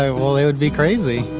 ah well, they would be crazy.